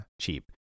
cheap